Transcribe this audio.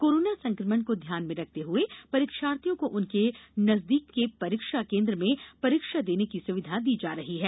corona संकमण को ध्यान में रखते हुए परीक्षार्थियों को उनके नजदीक के परीक्षा केन्द्र में परीक्षा देने की सुविधा दी जा रही है